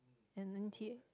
and N_T